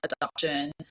adoption